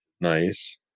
nice